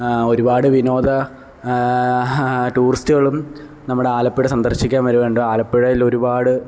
ആ ഒരുപാട് വിനോദ ടൂറിസ്റ്റുകളും നമ്മുടെ ആലപ്പുഴ സന്ദർശിക്കാൻ വരുന്നുണ്ട് ആലപ്പുഴയിലൊരുപാട്